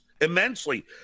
immensely